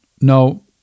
no